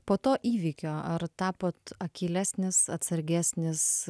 po to įvykio ar tapote akylesnis atsargesnis